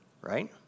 right